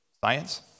Science